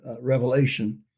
Revelation